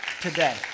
Today